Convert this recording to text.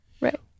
right